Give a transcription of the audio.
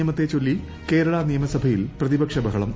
നിയമത്തെ ചൊല്ലി കേരള നിയമസഭയിൽ പ്രതിപക്ഷ ബഹളം